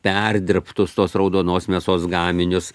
perdirbtus tos raudonos mėsos gaminius